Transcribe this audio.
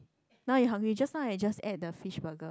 now you hungry just now I just ate the fish burger